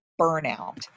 burnout